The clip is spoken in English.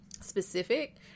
Specific